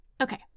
Okay